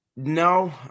No